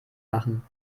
machen